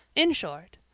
in short,